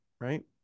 right